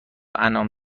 انعام